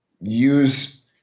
use